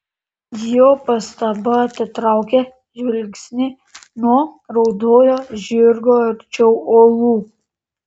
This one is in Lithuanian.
jo pastaba atitraukia žvilgsnį nuo raudojo žirgo arčiau uolų